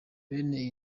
bene